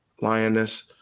Lioness